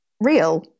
real